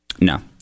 No